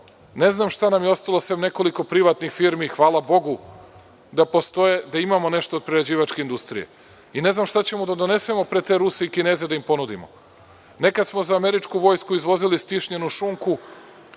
ne znam šta nam je ostalo sem nekoliko privatnih firmi. Hvala bogu da postoje, da imamo nešto prerađivačke industrije. Ne znam šta ćemo da donesemo pred te Ruse i Kineze da im ponudimo. Nekada smo za američku vojsku izvozili stišljenu šunku.